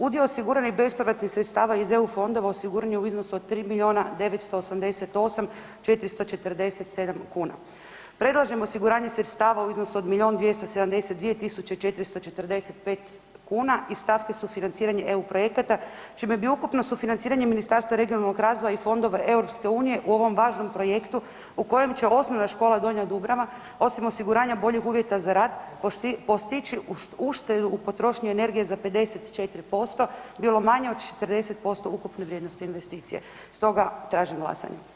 Udio osiguranih bespovratnih sredstava iz EU fondova osiguran je u iznosu od 3 miliona 988.447 kuna, predlažem osiguranje sredstva u iznosu od milion 272.445 kuna iz stavke sufinanciranja EU projekata čime bi ukupno sufinanciranje Ministarstva regionalnog razvoja i fondova EU u ovom važnom projektu u kojem će Osnovna škola Donja Dubrava osim osiguranja boljih uvjeta za rad, postići uštedu u potrošnji energije za 54% bilo manje od 40% ukupne vrijednosti investicije, stoga tražim glasanje.